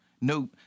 No